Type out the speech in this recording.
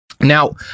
Now